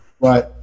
Right